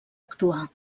actuar